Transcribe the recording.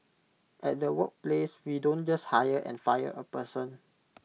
at the workplace we don't just hire and fire A person